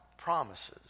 promises